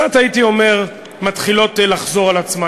הייתי אומר, מתחילות לחזור קצת על עצמן.